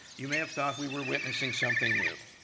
you may have thought we were witnessing something new.